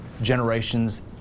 generations